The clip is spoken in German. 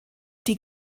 die